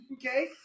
Okay